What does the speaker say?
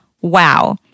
Wow